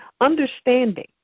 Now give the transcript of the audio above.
understanding